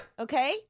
Okay